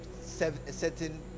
certain